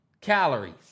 calories